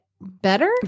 better